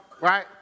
right